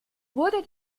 wurde